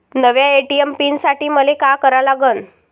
नव्या ATM pin साठी मले का करा लागन?